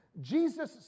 Jesus